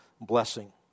blessing